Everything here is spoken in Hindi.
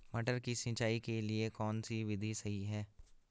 मटर की सिंचाई के लिए कौन सी विधि सही है?